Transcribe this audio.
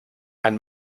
ein